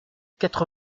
quatre